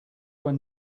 were